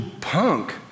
punk